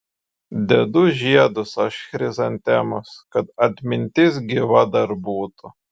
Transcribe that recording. dedu žiedus aš chrizantemos kad atmintis gyva dar būtų